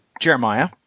Jeremiah